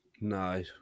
no